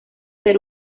ser